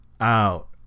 out